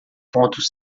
pontos